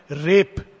rape